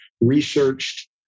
researched